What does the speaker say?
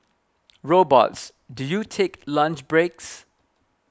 robots do you take lunch breaks